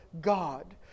God